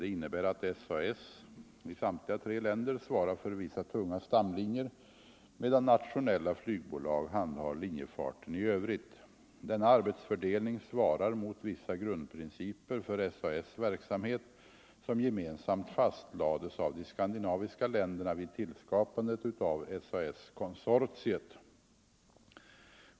Det innebär att SAS i samtliga tre länder svarar för vissa tunga stamlinjer, medan nationella flygbolag handhar linjefarten i övrigt. Denna arbetsfördelning överensstämmer med vissa grundprinciper för SAS:s verksamhet som gemensamt fastlades av de skandinaviska länderna vid tillskapandet av SAS-konsortiet.